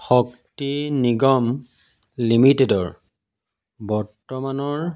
শক্তি নিগম লিমিটেডৰ বৰ্তমানৰ